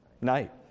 Night